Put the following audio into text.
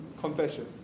confession